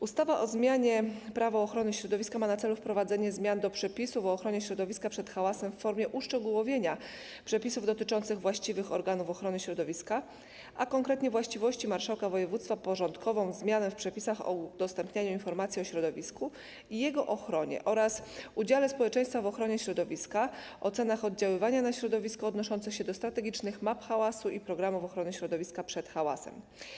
Ustawa o zmianie ustawy - Prawo ochrony środowiska ma na celu wprowadzenie zmian do przepisów o ochronie środowiska przed hałasem w formie uszczegółowienia przepisów dotyczących właściwości organów ochrony środowiska, a konkretnie właściwości marszałka województwa, porządkową zmianę w przepisach o udostępnianiu informacji o środowisku i jego ochronie oraz udziale społeczeństwa w ochronie środowiska, ocenach oddziaływania na środowisko odnoszących się do strategicznych map hałasu i programów ochrony środowiska przed hałasem.